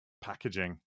packaging